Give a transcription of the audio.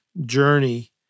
journey